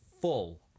full